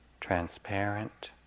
transparent